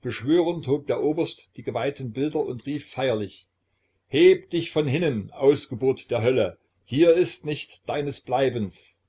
beschwörend hob der oberst die geweihten bilder und rief feierlich heb dich von hinnen ausgeburt der hölle hier ist nicht deines bleibens